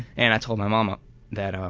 and i told my mom ah that um